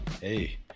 Hey